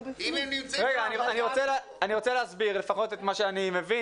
אני רוצה להסביר, לפחות את מה שאני מבין.